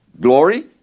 glory